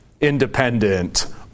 independent